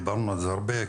דיברנו על זה הרבה,